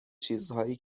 چیزهایی